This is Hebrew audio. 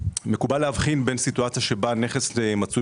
מקובל להבחין בין סיטואציה שבה נכס מצוי